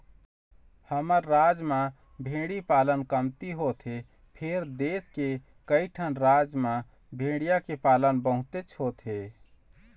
हमर राज म भेड़ी पालन कमती होथे फेर देश के कइठन राज म भेड़िया के पालन बहुतेच होथे